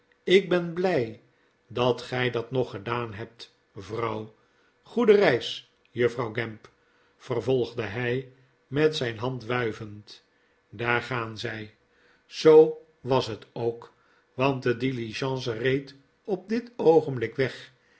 ik ben blij dat gij dat nog gedaan hebt vrouw goede reis juffrouw gamp vervolgde hij met zijn hand wuivend daar gaan zij zoo was het ook want de diligence reed op dit oogenblik weg